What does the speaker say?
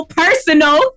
personal